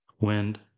Wind